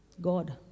God